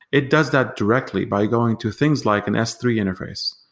it does not directly by going to things like an s three interface.